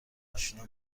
آشنا